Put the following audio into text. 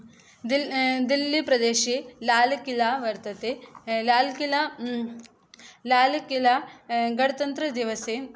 दिल् दिल्लीप्रदेशे लालकिला वर्तते लालकिला लालकिला गणतन्त्रदिवसे